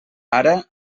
ara